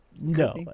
No